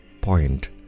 point